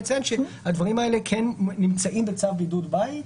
לציין שהדברים האלה כן נמצאים בצו בידוד בית.